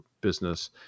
business